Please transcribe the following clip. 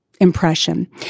impression